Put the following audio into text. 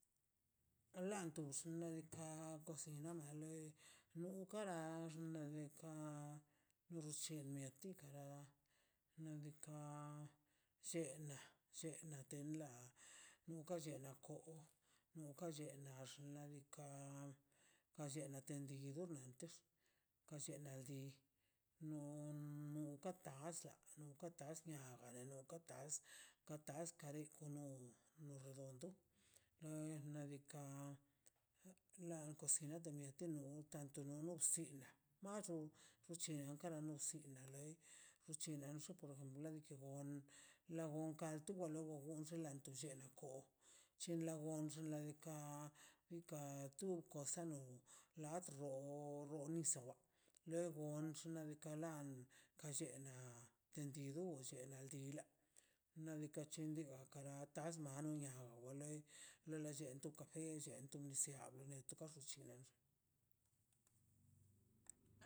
Latonxin nunkan kocinar ana loi nun kara na xna de kan nore xlle mieti kara nadika llena llena tenla nunka llena ko nun ka llena na xna' diika' ka llena tenti tena di no naka tap noka tasnia para loka tas ka tas deikonun dondo nair nadika ka coci neto neto laguintal tolono stilla mado in kara nos sin na loi incha nexen onganti ukan dol la gon kal wa tu gona delanto llel niako chelan gonx ladika ika tunka osano latdor la do nisa wor le gon xinla dika nan ka llena tenti dolla ne naldina nadika chen chjadika nos mano niana o wa lei le la llento kafe no la llento nisya a no gato nisya